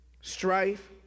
Strife